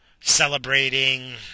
celebrating